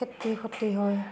খেতি ক্ষতি হয়